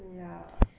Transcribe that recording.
ya